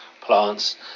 plants